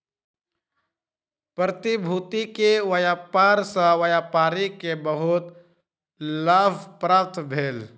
प्रतिभूति के व्यापार सॅ व्यापारी के बहुत लाभ प्राप्त भेल